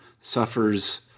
suffers